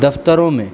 دفتروں میں